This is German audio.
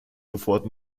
sofort